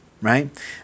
right